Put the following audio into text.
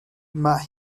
mae